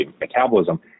metabolism